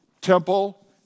temple